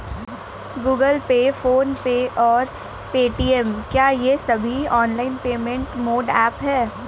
Google pay PhonePe और Paytm क्या ये सभी ऑनलाइन पेमेंट मोड ऐप हैं?